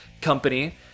company